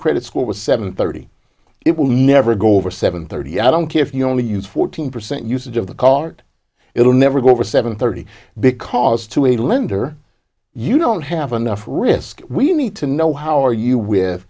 credit score was seven thirty it will never go over seven thirty i don't care if you only use fourteen percent usage of the card it will never go over seven thirty because to a lender you don't have enough risk we need to know how are you with